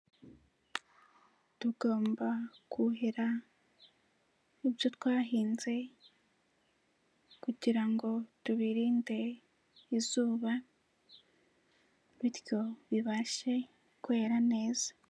Tugomba kuhira ibyo twahinze kugira ngo tubirinde izuba bityo bibashe kwera neza.